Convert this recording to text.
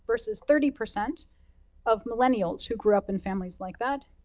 versus thirty percent of millennials, who grew up in families like that.